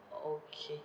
okay